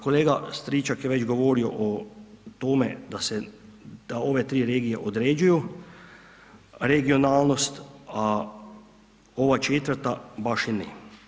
Kolega Stričak je već govorio o tome da se, da ove tri regije određuju regionalnost, a ova četvrta baš i ne.